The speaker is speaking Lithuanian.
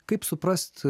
kaip suprast